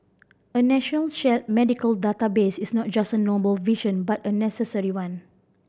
a national shared medical database is not just a noble vision but a necessary one